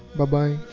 Bye-bye